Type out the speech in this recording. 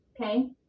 okay